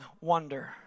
wonder